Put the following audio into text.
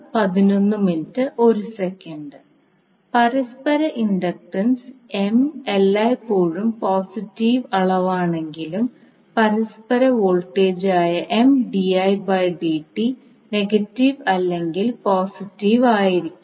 പരസ്പര inductance M എല്ലായ്പ്പോഴും positive അളവാണെങ്കിലും പരസ്പര വോൾട്ടേജായ നെഗറ്റീവ് അല്ലെങ്കിൽ പോസിറ്റീവ് ആയിരിക്കാം